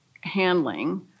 handling